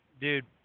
dude